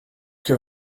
que